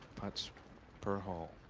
putts per hole.